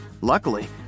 Luckily